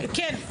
כן.